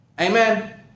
Amen